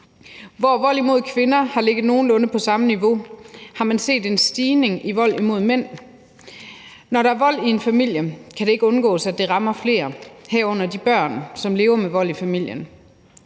Hvor vold imod kvinder har ligget nogenlunde på samme niveau, har man set en stigning i vold imod mænd. Når der er vold i en familie, kan det ikke undgås, at det rammer flere, herunder de børn, som lever med vold i familien.